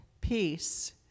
Peace